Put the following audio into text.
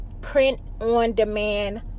print-on-demand